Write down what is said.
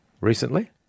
recently